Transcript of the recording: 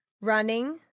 Running